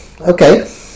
Okay